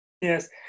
Yes